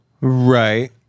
Right